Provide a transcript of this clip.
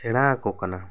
ᱥᱮᱬᱟ ᱟᱠᱚ ᱠᱟᱱᱟ